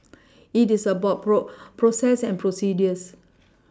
it is about bro process and procedures